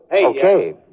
Okay